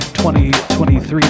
2023